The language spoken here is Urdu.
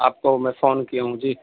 آپ کو میں فون کیا ہوں جی